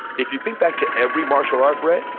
if you think back to every martial art brett,